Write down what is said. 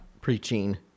preaching